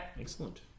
Excellent